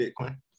Bitcoin